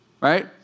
Right